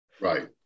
right